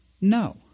No